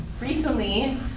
recently